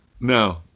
No